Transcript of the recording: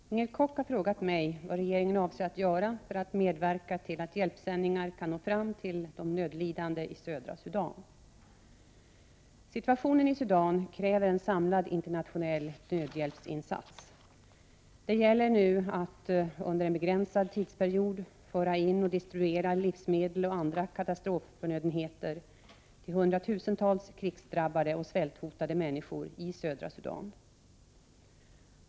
Herr talman! Inger Koch har frågat mig vad regeringen avser att göra för att medverka till att hjälpsändningar kan nå fram till de nödlidande i södra Sudan. Situationen i Sudan kräver en samlad internationell nödhjälpsinsats. Det gäller nu att under en begränsad tidsperiod föra in och distribuera livsmedel och andra katastrofförnödenheter till hundratusentals krigsdrabbade och svälthotade människor i södra Sudan.